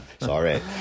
Sorry